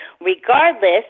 Regardless